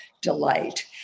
delight